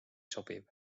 sobiv